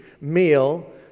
meal